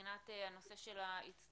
מבחינת הנושא של ההצטיידות,